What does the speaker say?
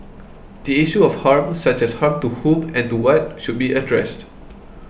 the issue of harm such as harm to whom and to what should be addressed